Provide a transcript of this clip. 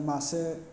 मासे